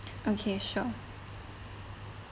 okay sure